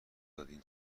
دادین